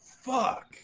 fuck